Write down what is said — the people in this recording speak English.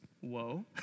Whoa